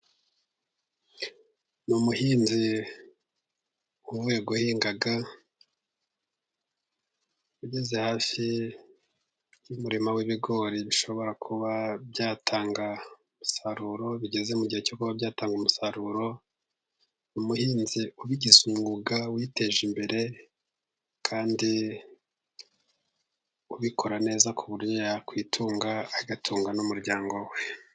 Ni umuhinzi uvuye guhinga ugeze hafi y'umurima w'ibigori bishobora kuba byatanga umusaruro, bigeze mu gihe cyo kuba byatanga umusaruro. Umuhinzi wabigize umwuga witeje imbere, kandi ubikora neza ku buryo yakwitunga agatunga n'umuryango we.